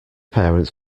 parents